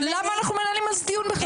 למה אנחנו מנהלים על זה דיון בכלל?